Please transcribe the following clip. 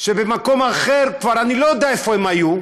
שבמקום אחר אני לא יודע איפה הם היו,